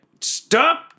stop